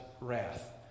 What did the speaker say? wrath